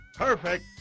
Perfect